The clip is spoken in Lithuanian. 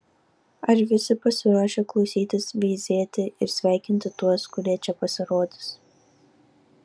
ar visi pasiruošę klausytis veizėti ir sveikinti tuos kurie čia pasirodys